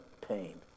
pain